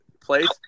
place